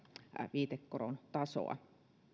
viitekoron tasoa